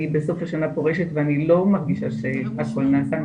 אני בסוף השנה פורשת ואני לא מרגישה שהכל נעשה,